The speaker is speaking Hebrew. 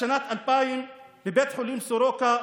בשנת 2000 בבית חולים סורוקה,